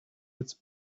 its